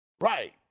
Right